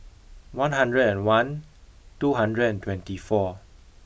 one hundred and one two hundred and twenty four